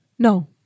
No